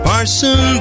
Parson